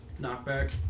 knockback